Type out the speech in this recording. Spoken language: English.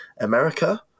America